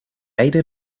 aire